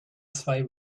zwei